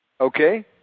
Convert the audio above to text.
okay